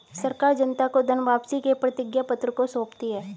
सरकार जनता को धन वापसी के प्रतिज्ञापत्र को सौंपती है